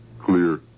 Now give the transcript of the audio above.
clear